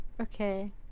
Okay